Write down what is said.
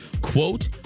quote